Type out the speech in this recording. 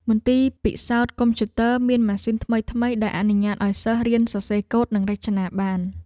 មន្ទីរពិសោធន៍កុំព្យូទ័រមានម៉ាស៊ីនថ្មីៗដែលអនុញ្ញាតឱ្យសិស្សរៀនសរសេរកូដនិងរចនាបាន។